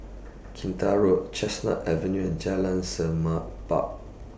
Kinta Road Chestnut Avenue and Jalan Semerbak